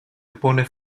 oppone